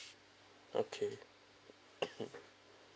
okay